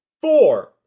Four